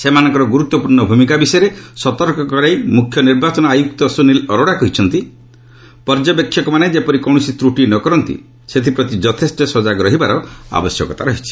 ସେମାନଙ୍କର ଗୁରୁତ୍ୱପୂର୍୍ଣ ଭୂମିକା ବିଷୟରେ ସତର୍କ କରାଇ ମୁଖ୍ୟ ନିର୍ବାଚନ ଆୟୁକ୍ତ ସୁନୀଲ ଅରୋଡା କହିଛନ୍ତି ପର୍ଯ୍ୟବେକ୍ଷକମାନେ ଯେପରି କୌଣସି ତ୍ରୁଟି ନ କରନ୍ତି ସେଥିପ୍ରତି ଯଥେଷ୍ଟ ସଜାଗ ରହିବାର ଆବଶ୍ୟକତା ରହିଛି